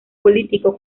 político